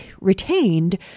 retained